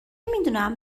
میدونم